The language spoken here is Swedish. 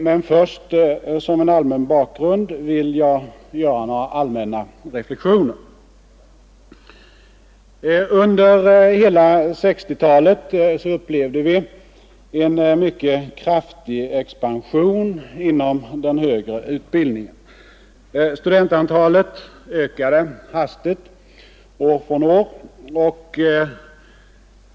Men först vill jag som en allmän bakgrund göra några allmänna reflexioner. Under hela 1960-talet upplevde vi en mycket kraftig expansion inom den högre utbildningen. Studentantalet ökade hastigt år från år.